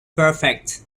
perfect